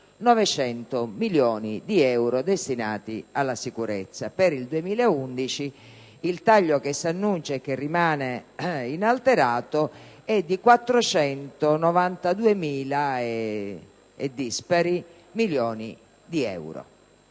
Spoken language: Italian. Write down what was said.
900 milioni di euro destinati alla sicurezza. Per il 2011 il taglio che si annuncia e che rimane inalterato è di oltre 492.000 milioni di euro.